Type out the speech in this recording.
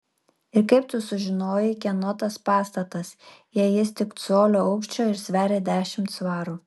ir kaip tu sužinojai kieno tas pastatas jei jis tik colio aukščio ir sveria dešimt svarų